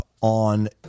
on